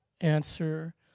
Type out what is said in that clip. answer